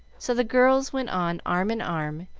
so the girls went on arm in arm,